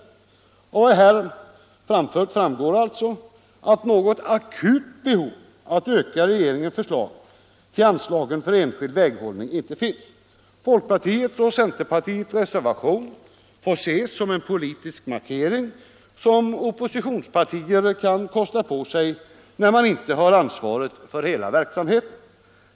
Av vad jag här anfört framgår att något akut behov av att öka regeringens förslag till anslag för enskild väghållning inte finns. Folkpartiets och centerpartiets reservation får ses som en politisk markering, som oppositionspartier kan kosta på sig när de inte har ansvaret för hela verksamheten.